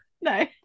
No